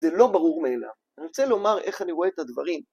זה לא ברור מאליו. אני רוצה לומר איך אני רואה את הדברים.